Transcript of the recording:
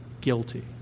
guilty